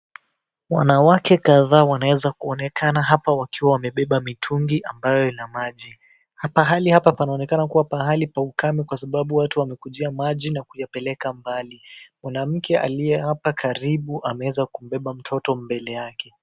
Wanawake kadhaa wanaweza kuonekana hapa wakiwa wamebeba mitungi ambayo ina maji. Pahali hapa panaonekana pahali pa ukami kwa sababu watu wameyakujia maji na kuyapeleka mbali. Mwanamke aliye hapa karibu ameweza kumbeba mtoto mbele yake.